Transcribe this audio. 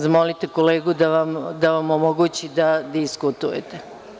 Zamolite kolegu da vam omogući da diskutujete.